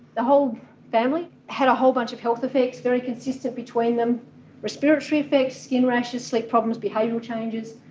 the whole family had a whole bunch of health effects, very consistent between them respiratory effects, skin rashes, sleep problems, behavioural changes.